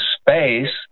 space